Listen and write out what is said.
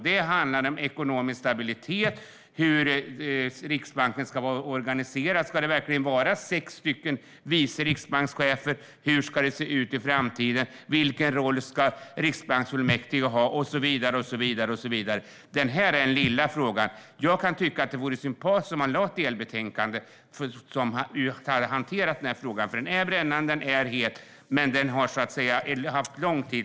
Det handlar om ekonomisk stabilitet, hur Riksbanken ska vara organiserad, om det verkligen ska vara sex vice riksbankschefer, hur det ska se ut i framtiden, vilken roll riksbanksfullmäktige ska ha och så vidare. Kontanthanteringen är en liten fråga. Jag kan tycka att det vore sympatiskt om man lade fram ett delbetänkande som tar upp den här frågan, för den är brännande och het, men den har nu hanterats under lång tid.